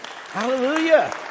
Hallelujah